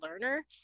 learner